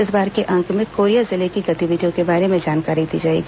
इस बार के अंक में कोरिया जिले की गतिविधियों के बारे में जानकारी दी जाएगी